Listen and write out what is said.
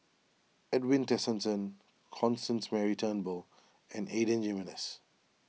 Edwin Tessensohn Constance Mary Turnbull and Adan Jimenez